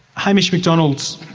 hamish mcdonald,